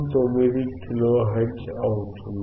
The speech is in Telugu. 59 కిలో హెర్ట్జ్ అవుతుంది